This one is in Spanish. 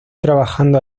trabajando